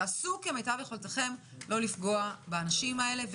תעשו כמיטב יכולתכם לא לפגוע באנשים האלה,